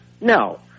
No